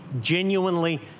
genuinely